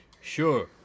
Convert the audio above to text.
sure